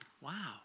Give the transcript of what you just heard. Wow